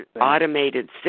automated